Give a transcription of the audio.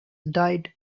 died